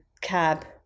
cab